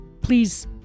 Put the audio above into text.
please